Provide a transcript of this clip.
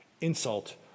insult